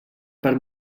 per